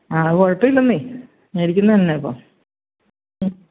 ആ അത് കുഴപ്പം ഇല്ലന്നെ മേടിക്കുന്നതിന് എന്നാ ഇപ്പോൾ